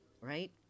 right